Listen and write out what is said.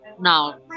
now